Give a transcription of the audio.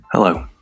Hello